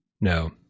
No